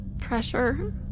pressure